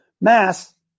Mass